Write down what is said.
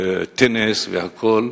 טניס והכול.